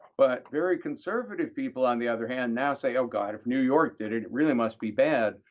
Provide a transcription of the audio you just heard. but very conservative people on the other hand now say, oh, god, if new york did it, it really must be bad.